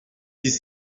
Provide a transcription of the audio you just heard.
dix